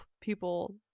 people